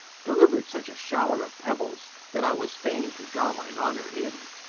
deliuer'd such a showre of pibbles, that i was faine to draw mine honour in,